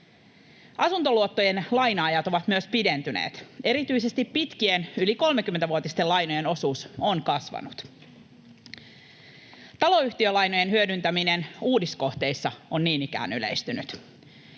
Asuntoluottojen laina-ajat ovat myös pidentyneet. Erityisesti pitkien, yli 30-vuotisten, lainojen osuus on kasvanut. Taloyhtiölainojen hyödyntäminen uudiskohteissa on niin ikään yleistynyt.